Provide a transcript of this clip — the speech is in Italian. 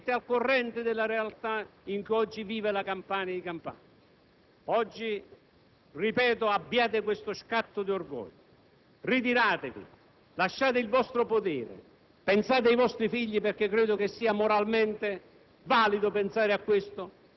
Tornate a casa, perché siete anche voi campani, anche voi italiani. Non pensate soltanto a sistemare i vostri orticelli e a curare i vostri interessi, come avete fatto per decenni.